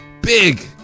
Big